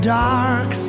dark